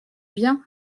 bien